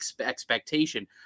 expectation